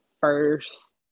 first